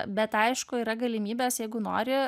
bet aišku yra galimybės jeigu nori